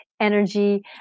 Energy